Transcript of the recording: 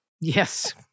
Yes